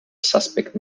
suspect